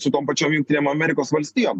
su tom pačiom jungtinėm amerikos valstijom